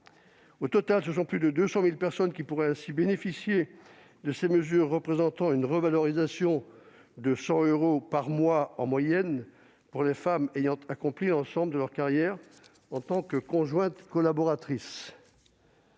Au total, plus de 200 000 personnes pourraient ainsi bénéficier de ces mesures qui représentent une revalorisation de 100 euros par mois en moyenne pour les femmes ayant accompli l'ensemble de leur carrière en tant que conjointes collaboratrices.